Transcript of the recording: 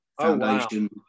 Foundation